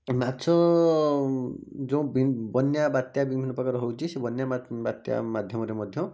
ମାଛ ଯେଉଁ ବନ୍ୟା ବାତ୍ୟା ବିଭିନ୍ନପ୍ରକାର ହେଉଛି ସେ ବନ୍ୟା ବାତ୍ୟା ମାଧ୍ୟମରେ ମଧ୍ୟ